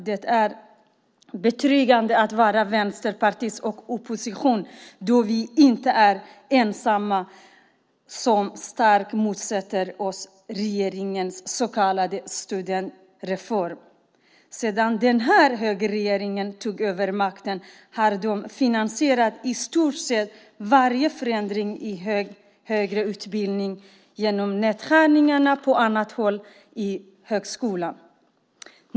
Det är betryggande att vara vänsterpartist och i opposition då vi inte är ensamma om att starkt motsätta oss högerregeringens så kallade studentreform. Sedan den här högerregeringen tog över makten har de finansierat i stort sett varje förändring i högre utbildning genom nedskärningar på annat håll i högskolan.